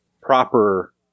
proper